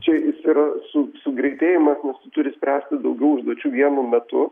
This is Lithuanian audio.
čia jis yra su sugreitėjimas nes tu turi spręsti daugiau užduočių vienu metu